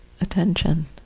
attention